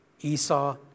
Esau